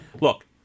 look